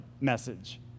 message